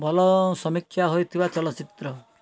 ଭଲ ସମୀକ୍ଷା ହୋଇଥିବା ଚଳଚ୍ଚିତ୍ର